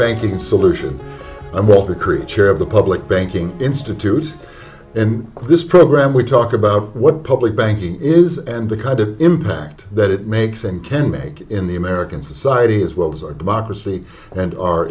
banking solution i was a creature of the public banking institute and this program we talk about what public banking is and the kind of impact that it makes and can make in the american society as well as our democracy and our